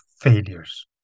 failures